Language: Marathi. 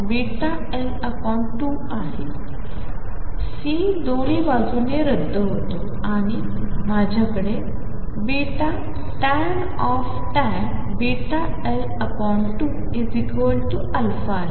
C दोन बाजूंनी रद्द होतो आणि माझ्याकडे tan βL2 α आहे